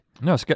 No